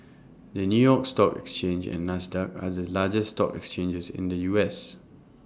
the new york stock exchange and Nasdaq are the largest stock exchanges in the U S